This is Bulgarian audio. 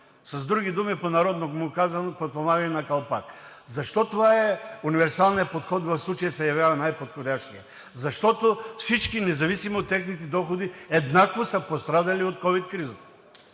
С други думи, по народному казано, подпомагане на калпак. Защо това е универсалният подход и защо се явява най-подходящият? Защото всички, независимо от техните доходи, еднакво са пострадали от ковид кризата.